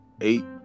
eight